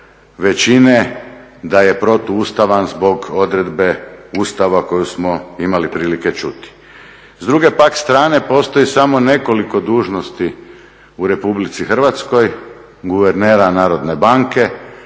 većine da je protuustavan zbog odredbe Ustava koju smo imali prilike čuti. S druge pak strane postoji samo nekoliko dužnosti u Republici Hrvatskoj guvernera Narodne banke,